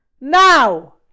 Now